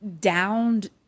downed